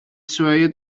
swayed